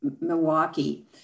Milwaukee